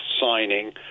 signing